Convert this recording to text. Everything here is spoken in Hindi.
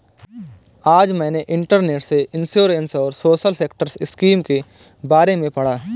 आज मैंने इंटरनेट से इंश्योरेंस और सोशल सेक्टर स्किम के बारे में पढ़ा